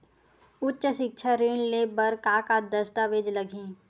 उच्च सिक्छा ऋण ले बर का का दस्तावेज लगही?